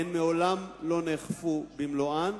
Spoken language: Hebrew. הן מעולם לא נאכפו במלואן.